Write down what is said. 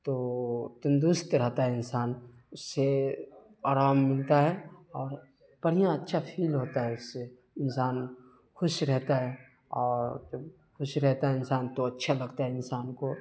تو تندرست رہتا ہے انسان اس سے آرام ملتا ہے اور بڑھیاں اچھا فیل ہوتا ہے اس سے انسان خوش رہتا ہے اور جب خوش رہتا ہے انسان تو اچھا لگتا ہے انسان کو